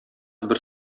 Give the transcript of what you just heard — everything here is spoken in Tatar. бер